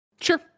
sure